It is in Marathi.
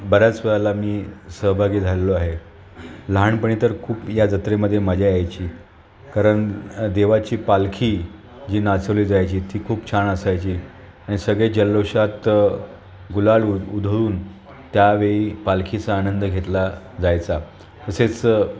बऱ्याच वेळाला मी सहभागी झालेलो आहे लहानपणी तर खूप या जत्रेमध्ये मजा यायची कारण देवाची पालखी जी नाचवली जायची ती खूप छान असायची आणि सगळे जल्लोषात गुलाल उधळून त्यावेळी पालखीचा आनंद घेतला जायचा तसेच